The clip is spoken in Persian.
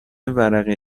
ورقه